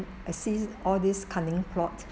I see all this cunning plot